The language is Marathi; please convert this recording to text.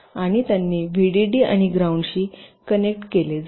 आणि त्यांनी व्हीडीडी आणि ग्राउंडशी कनेक्ट केले जात